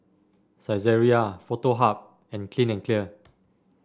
Saizeriya Foto Hub and Clean and Clear